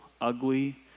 ugly